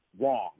wrong